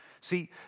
see